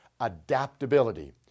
adaptability